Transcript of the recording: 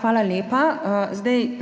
hvala lepa.